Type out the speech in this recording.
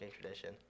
tradition